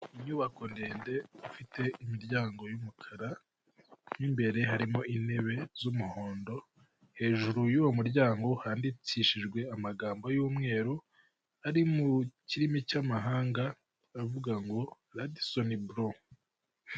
Inyubako ndende ifite imiryango y'umukara mo imbere harimo intebe z'umuhondo, hejuru y'uwo muryango handikishijwe amagambo y'umweru, ari mu kirimi cy'amahanga aravuga ngo radisoni buro.